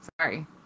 Sorry